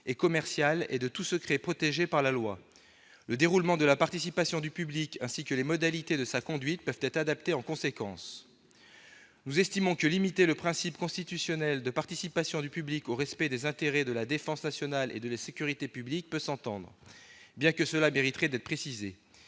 et commercial et de tout secret protégé par la loi. Le déroulement de la participation du public ainsi que les modalités de sa conduite peuvent être adaptés en conséquence ». Nous estimons que limiter le principe constitutionnel de participation du public au respect des intérêts de la défense nationale et de la sécurité publique peut s'entendre, même s'il conviendrait d'apporter